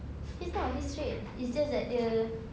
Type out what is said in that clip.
he's not he's straight is just that dia